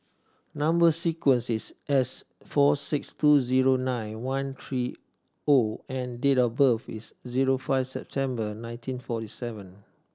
number sequence is S four six two zero nine one three O and date of birth is zero five September nineteen forty seven